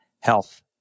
health